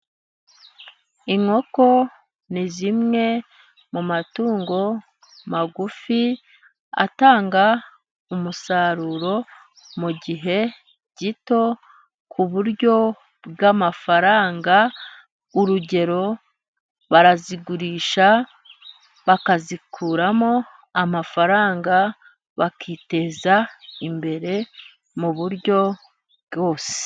Inkoko ni zimwe mu matungo magufi, atanga umusaruro mu gihe gito ku buryo bw'amafaranga, urugero barazigurisha bakazikuramo amafaranga bakiteza imbere mu buryo bwose.